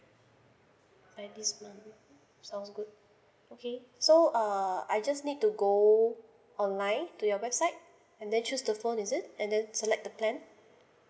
by this month sounds good okay so err I just need to go online to your website and then choose the phone is it and then select the plan